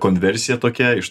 konversija tokia iš